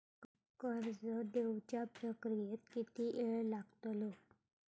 कर्ज देवच्या प्रक्रियेत किती येळ लागतलो?